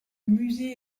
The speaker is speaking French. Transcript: musée